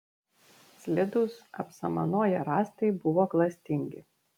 slidūs apsamanoję rąstai buvo klastingi